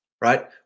right